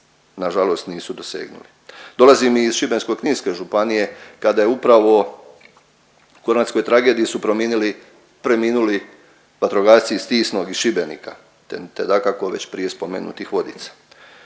nažalost nisu dosegnuli. Dolazim i iz Šibensko-kninske županije kada je upravo u kornatskoj tragediji su prominili, preminuli vatrogasci iz Tisnog i Šibenika te dakako, već prije spomenutih Vodica.